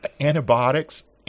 antibiotics